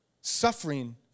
suffering